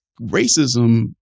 racism